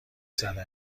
زده